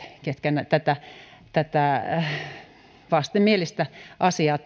ketkä tätä tätä vastenmielistä asiaa